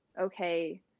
okay